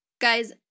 guys